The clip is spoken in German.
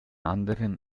anderen